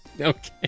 Okay